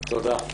תודה.